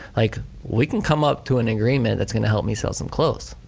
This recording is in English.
like we can come up to an agreement that's gonna help me sell some clothes.